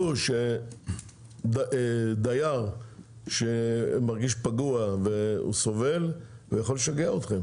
שתדעו שדייר שמרגיש פגוע ושסובל יכול לשגע אתכם.